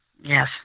Yes